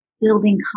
building